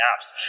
apps